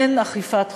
אין אכיפת חוק.